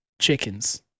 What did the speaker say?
chickens